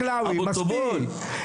אבוטבול,